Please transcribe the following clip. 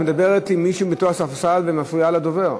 את מדברת עם מישהו מהספסל ומפריעה לדובר.